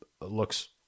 looks